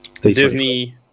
Disney